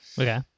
Okay